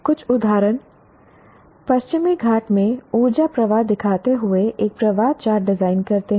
कुछ उदाहरण पश्चिमी घाट में ऊर्जा प्रवाह दिखाते हुए एक प्रवाह चार्ट डिज़ाइन करते हैं